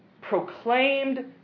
proclaimed